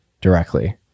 directly